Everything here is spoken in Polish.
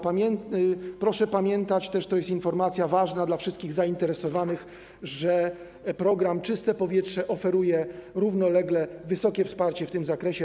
Proszę pamiętać, to jest informacja ważna dla wszystkich zainteresowanych, że program „Czyste powietrze” oferuje równolegle wysokie wsparcie w tym zakresie.